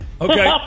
Okay